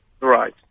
Right